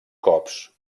cops